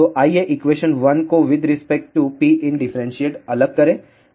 तो आइए एक्वेशन 1 को with respect to Pin differentiate अलग करें